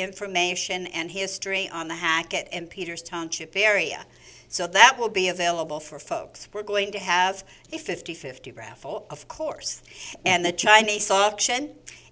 information and history on the hackett and peters township area so that will be available for folks we're going to have a fifty fifty raffle of course and the chinese saw